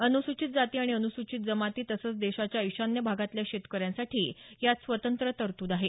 अनुसूचित जाती आणि अनुसूचित जमाती तसंच देशाच्या ईशान्य भागातल्या शेतकऱ्यांसाठी यात स्वतंत्र तरतूद आहे